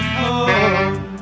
home